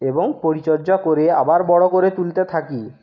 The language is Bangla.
এবং পরিচর্যা করে আবার বড় করে তুলতে থাকি